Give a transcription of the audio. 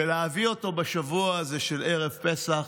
להביא אותו בשבוע הזה של ערב פסח,